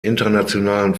internationalen